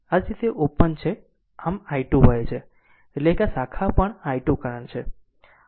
આ જ રીતે આ ઓપન છે આમ i2 વહે છે એટલે કે આ શાખા પણ i2 કરંટ છે